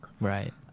Right